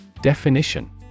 Definition